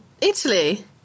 Italy